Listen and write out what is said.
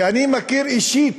שאני מכיר אישית,